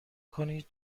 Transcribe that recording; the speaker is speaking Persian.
کنید